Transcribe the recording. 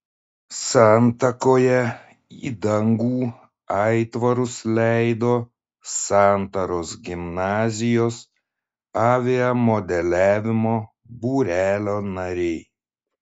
santakoje į dangų aitvarus leido santaros gimnazijos aviamodeliavimo būrelio nariai